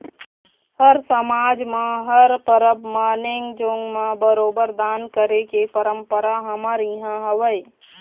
हर समाज म हर परब म नेंग जोंग म बरोबर दान करे के परंपरा हमर इहाँ हवय